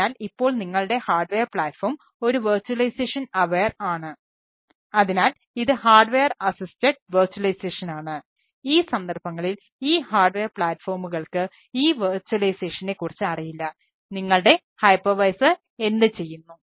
അതിനാൽ ഈ വിർച്വലൈസേഷന്റെ എന്തുചെയ്യുന്നു